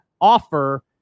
offer